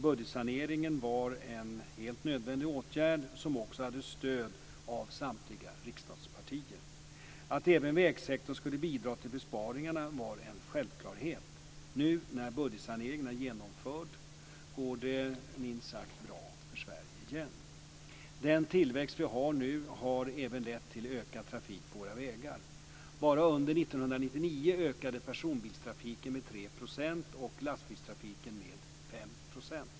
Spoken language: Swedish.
Budgetsaneringen var en helt nödvändig åtgärd som också hade stöd av samtliga riksdagspartier. Att även vägsektorn skulle bidra till besparingarna var en självklarhet. Nu när budgetsaneringen är genomförd går det minst sagt bra för Sverige igen. Den tillväxt vi har nu har även lett till ökad trafik på våra vägar. och lastbilstrafiken med 5 %.